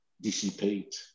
dissipate